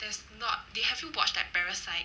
there's not they have you watched like parasite